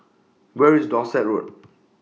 Where IS Dorset Road